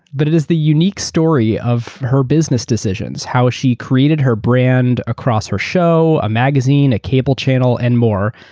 but it is the unique story of her business decisions. how she created her brand across her show, a magazine, a cable channel, and more.